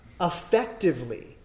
effectively